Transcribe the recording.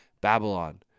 Babylon